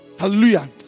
Hallelujah